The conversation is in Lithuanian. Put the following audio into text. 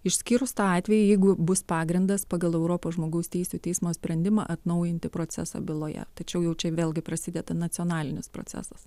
išskyrus tą atvejį jeigu bus pagrindas pagal europos žmogaus teisių teismo sprendimą atnaujinti procesą byloje tačiau jau čia vėlgi prasideda nacionalinis procesas